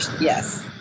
yes